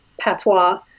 patois